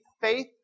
faith